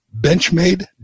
Benchmade